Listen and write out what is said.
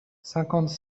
cinquante